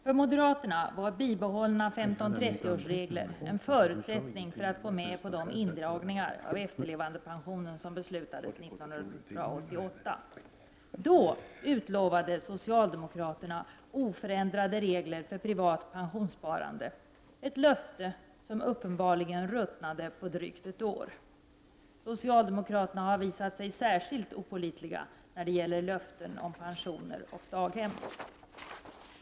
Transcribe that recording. För moderaterna var ett bibehållande av 15/30-årsreglerna en förutsättning för att gå med på de indragningar av efterlevandepensionen som riksdagen fattade beslut om 1988. Då utlovade socialdemokraterna oförändrade regler för privat pensionssparande, ett löfte som uppenbarligen ruttnade på drygt ett år. Socialdemokraterna har visat sig särskilt opålitliga när det gäller löften om pensioner och daghem.